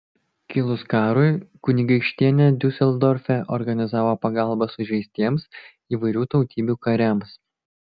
kilus karui kunigaikštienė diuseldorfe organizavo pagalbą sužeistiems įvairių tautybių kariams